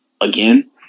again